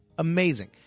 Amazing